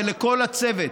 ולכל הצוות,